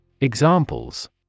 Examples